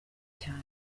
cyane